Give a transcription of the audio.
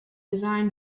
design